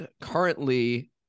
currently